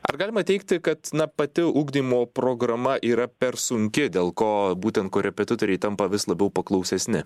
ar galima teigti kad na pati ugdymo programa yra per sunki dėl ko būtent korepetitoriai tampa vis labiau paklausesni